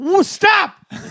stop